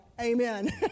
amen